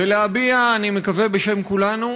ולהביע, אני מקווה שבשם כולנו,